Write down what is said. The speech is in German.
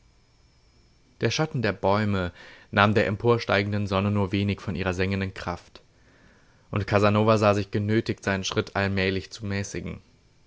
der schatten der bäume nahm der emporsteigenden sonne nur wenig von ihrer sengenden kraft und casanova sah sich genötigt seinen schritt allmählich zu mäßigen